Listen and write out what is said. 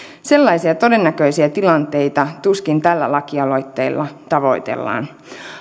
sellaisia todennäköisiä tilanteita tuskin tällä lakialoitteella tavoitellaan